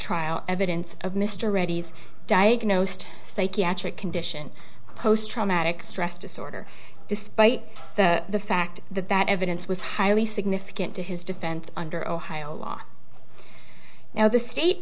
trial evidence of mr reddy's diagnosed psychiatric condition post traumatic stress disorder despite the fact that that evidence was highly significant to his defense under ohio law now the state